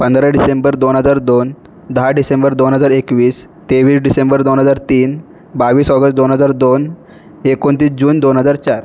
पंधरा डिसेंबर दोन हजार दोन दहा डिसेंबर दोन हजार एकवीस तेवीस डिसेंबर दोन हजार तीन बावीस ऑगस दोन हजार दोन एकोणतीस जून दोन हजार चार